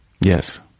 yes